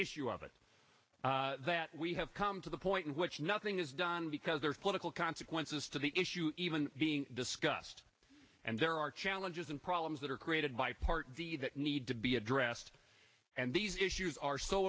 issue of it that we have come to the point nothing is done because there are political consequences to the issue even being discussed and there are challenges and problems that are created by part that need to be addressed and these issues are so